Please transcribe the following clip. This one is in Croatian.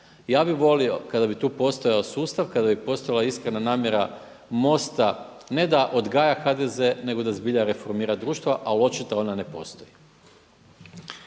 Ja bih volio kada bi tu postojao sustav, kada bi postojala iskrena namjera MOST-a ne da odgaja HDZ nego da zbilja reformira društvo, ali očito ona ne postoji.